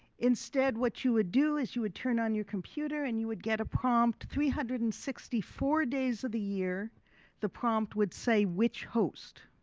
instead what you would do is you would turn on your computer and you would get a prompt, three hundred and sixty four days of the year the prompt would say which host.